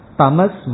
tamas